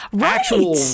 actual